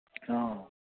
অ'